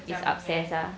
it's upstairs ah